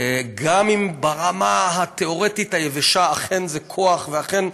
גם אם ברמה התיאורטית היבשה אכן זה כוח ואכן,